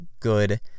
good